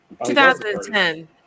2010